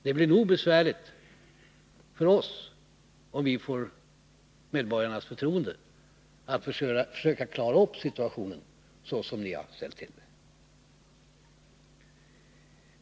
Det blir nog besvärligt för oss — om vi får medborgarnas förtroende — att försöka klara upp situationen, så som ni har ställt till det.